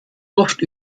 oft